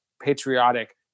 patriotic